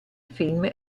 film